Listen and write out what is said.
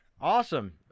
Awesome